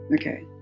Okay